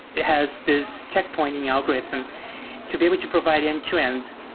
it has this checkpointing algorithm to be able to provide end-to-end,